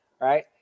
right